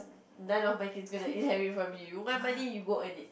none of my kids gona inherit from me you want money you go earn it